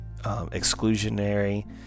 exclusionary